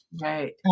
Right